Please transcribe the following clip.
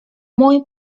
mój